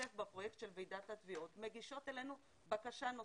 להשתתף בפרויקט של ועידת התביעות מגישות אלינו בקשה נוספת.